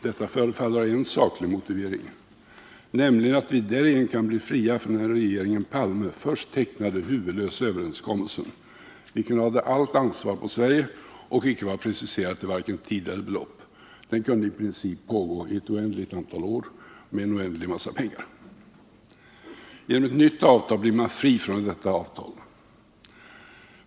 Detta förefaller ha en saklig motivering, nämligen att vi därigenom kan bli fria från den av regeringen Palme först tecknade, huvudlösa överenskommelsen, vilken lade allt ansvar på Sverige och icke var preciserad till vare sig tid eller belopp. Den kunde i princip pågå i ett oändligt antal år med en oändlig massa pengar. Genom ett nytt avtal blir man fri från detta avtal.